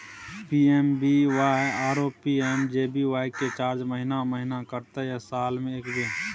PMSBY आरो PMJBY के charge महीने महीना कटते या साल म एक बेर?